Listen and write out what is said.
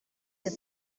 your